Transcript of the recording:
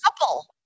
couple